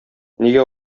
нигә